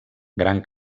gran